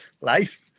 life